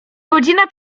godzina